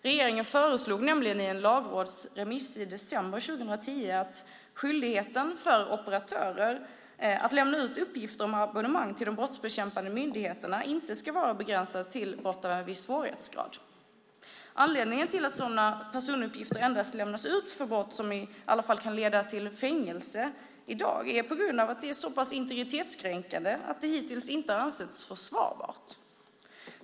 Regeringen föreslog nämligen i en lagrådsremiss i december 2010 att skyldigheten för operatörer att lämna ut uppgifter om abonnemang till de brottsbekämpande myndigheterna inte ska vara begränsad till brott av en viss svårighetsgrad. Anledningen till att sådana personuppgifter endast lämnas ut för brott som i alla fall kan leda till fängelse i dag är att det är så pass integritetskränkande att det hittills inte har ansetts försvarbart.